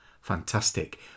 fantastic